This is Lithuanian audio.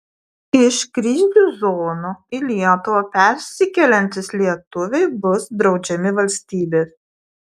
iš krizių zonų į lietuvą persikeliantys lietuviai bus draudžiami valstybės